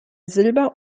silber